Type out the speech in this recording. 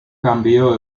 cambió